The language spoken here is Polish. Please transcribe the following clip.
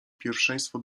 pierwszeństwo